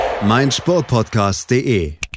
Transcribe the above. meinsportpodcast.de